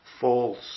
false